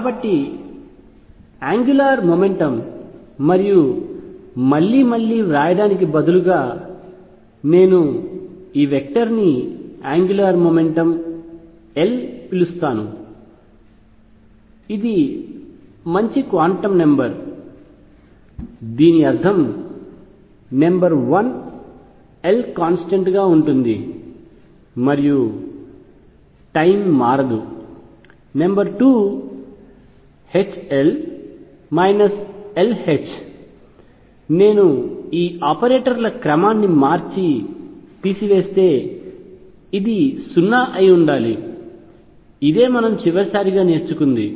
కాబట్టి angular mechanics మరియు మళ్లీ మళ్లీ వ్రాయడానికి బదులుగా నేను ఈ వెక్టర్ ని యాంగ్యులార్ మెకానిక్స్ L పిలుస్తాను ఇది మంచి క్వాంటం నెంబర్ దీని అర్థం నంబర్ వన్ L కాంస్టెంట్ గా ఉంటుంది మరియు టైమ్ మారదు నెంబర్ 2 HL LH నేను ఈ ఆపరేటర్ల క్రమాన్ని మార్చి తీసివేస్తే ఇది 0 అయి ఉండాలి ఇదే మనం చివరిసారిగా నేర్చుకున్నది